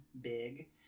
big